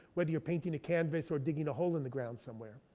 whether you're painting a canvas or digging a hole in the ground somewhere.